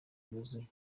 ryuzuye